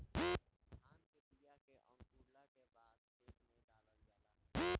धान के बिया के अंकुरला के बादे खेत में डालल जाला